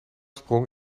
sprong